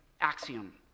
axiom